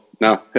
no